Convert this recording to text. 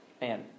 man